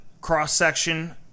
cross-section